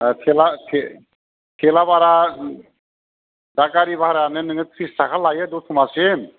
थेला थे थेला बारहा दा गारि बाह्राआनो थ्रिस थाखा लायो दतमा सिम